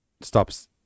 stops